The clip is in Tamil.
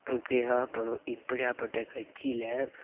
இப்படியா இப்படிப்பட்ட கட்சியில்